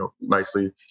nicely